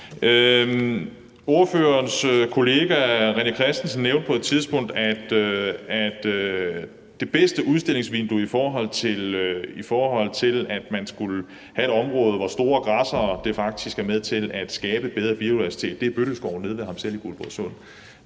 Ordførerens kollega, René Christensen, nævnte på et tidspunkt, at det bedste udstillingsvindue, i forhold til at man skulle have et område, hvor store græssere faktisk er med til at skabe bedre biodiversitet, er Bøtøskoven nede ved ham selv ved Guldborgsund.